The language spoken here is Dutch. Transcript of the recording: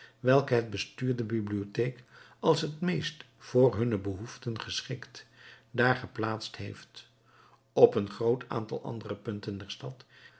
welke het bestuur der bibliotheek als het meest voor hunne behoeften geschikt daar geplaatst heeft op een groot aantal andere punten der stad